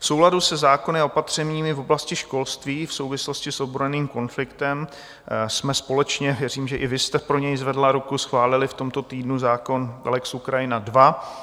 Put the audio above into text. V souladu se zákony a opatřeními v oblasti školství v souvislosti s ozbrojeným konfliktem jsme společně věřím, že i vy jste pro něj zvedla ruku schválili v tomto týdnu zákon lex Ukrajina II.